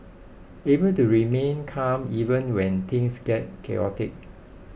able to remain calm even when things get chaotic